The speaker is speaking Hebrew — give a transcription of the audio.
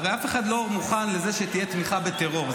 הרי אף אחד לא מוכן שתהיה תמיכה בטרור,